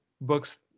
books